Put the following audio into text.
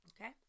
Okay